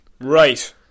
Right